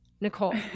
Nicole